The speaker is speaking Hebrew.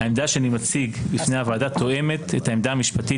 העמדה שאני מציג בפני הוועדה תואמת את העמדה המשפטית